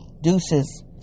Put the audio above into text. deuces